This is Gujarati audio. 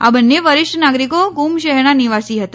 આ બંને વરિષ્ઠ નાગરિકો ક્રમ શહેરના નિવાસી હતા